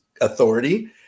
Authority